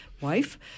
wife